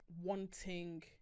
wanting